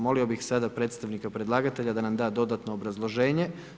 Molio bi sada predstavnika predlagatelja da nam da dodatno obrazloženje.